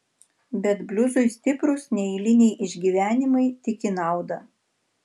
bet bliuzui stiprūs neeiliniai išgyvenimai tik į naudą